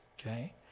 okay